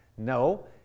No